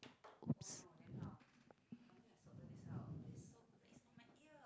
!oops!